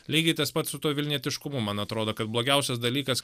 lygiai tas pat su tuo vilnietiškumu man atrodo kad blogiausias dalykas